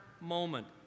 moment